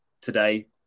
today